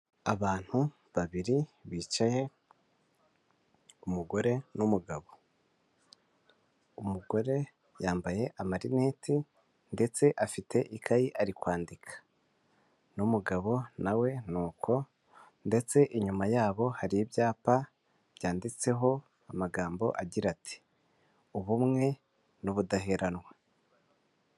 Abantu babiri bicaye umugore n'umugabo. Umugore yambaye amarineti ndetse afite ikayi ari kwandika, n'umugabo nawe we nuko ndetse inyuma yabo hari ibyapa byanditseho amagambo agira ati :''ubumwe n'ubudaheranwa.''